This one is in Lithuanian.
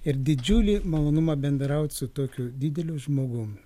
ir didžiulį malonumą bendraut su tokiu dideliu žmogum